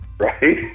right